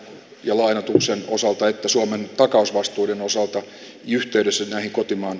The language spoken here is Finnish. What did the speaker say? johanna turusen osalta itä suomen takausvastuiden osalta yhteydessä tai kotimaan